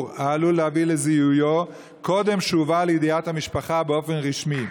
העלול להביא לזיהויו קודם שהדבר הובא לידיעת המשפחה באופן רשמי.